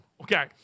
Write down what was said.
okay